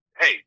Hey